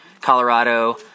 Colorado